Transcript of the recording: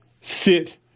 sit